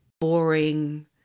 boring